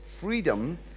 freedom